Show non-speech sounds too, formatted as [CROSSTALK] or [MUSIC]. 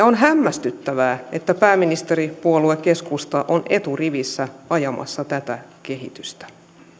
[UNINTELLIGIBLE] on hämmästyttävää että pääministeripuolue keskusta on eturivissä ajamassa tätä kehitystä